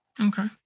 Okay